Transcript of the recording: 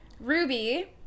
Ruby